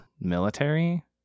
military